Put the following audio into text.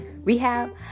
rehab